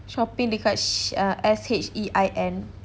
shopping dekat she~ err S H E I N